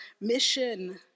mission